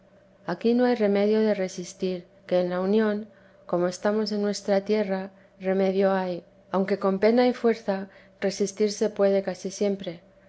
aquí no hay remedio de resistir que en la unión como estamos en nuestra tierra remedio hay aunque con pena y fuerza resistirse puede casi siempre